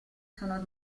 sono